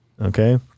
okay